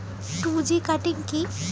Two G cutting কি?